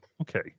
okay